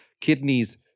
kidneys